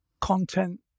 content